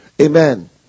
Amen